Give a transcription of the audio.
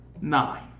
nine